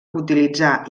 utilitzar